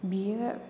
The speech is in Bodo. बियो